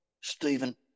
Stephen